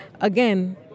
again